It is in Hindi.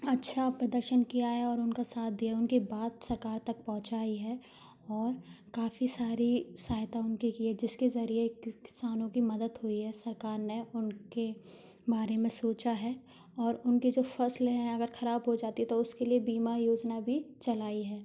अच्छा प्रदर्शन किया है और उनका साथ दिया उनकी बात सरकार तक पहुँचाई है और काफ़ी सारी सहायता उनके किए जिसके ज़रिये किसानों की मदद हुई है सरकार ने उनके बारे में सोचा है और उनके जो फसल हैं अगर खराब हो जाती है तो उसके लिए बीमा योजना भी चलाई है